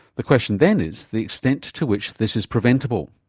the question then is the extent to which this is preventable.